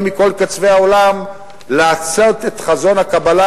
מכל קצווי העולם לעשות את חזון הקבלה,